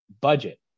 budget